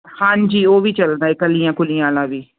ਹਾਂਜੀ ਉਹ ਵੀ ਚੱਲਦਾ ਕਲੀਆਂ ਕੁਲੀਆਂ ਵਾਲਾ ਵੀ